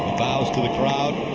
bows to the crowd.